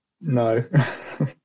no